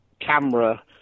camera